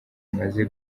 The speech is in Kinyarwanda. amaze